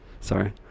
sorry